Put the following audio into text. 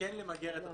וכן למגר את התופעה.